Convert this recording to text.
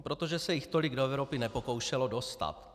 Protože se jich tolik do Evropy nepokoušelo dostat.